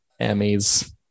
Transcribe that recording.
emmys